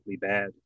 bad